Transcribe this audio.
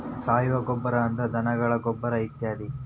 ಸಾವಯುವ ಗೊಬ್ಬರಾ ಅಂದ್ರ ಧನಗಳ ಗೊಬ್ಬರಾ ಇತ್ಯಾದಿ